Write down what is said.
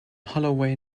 holloway